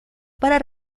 para